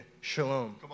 shalom